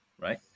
right